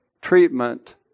treatment